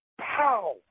pow